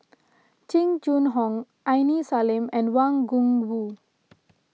Jing Jun Hong Aini Salim and Wang Gungwu